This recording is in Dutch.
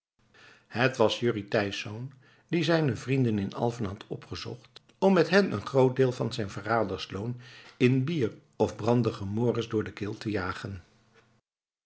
het was jurrie thijsz die zijne vrienden in alfen had opgezocht om met hen een groot deel van zijn verradersloon in bier of brangdemoris door de keel te jagen